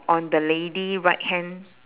on the lady right hand